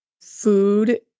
food